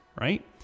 right